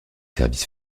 services